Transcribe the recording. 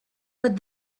but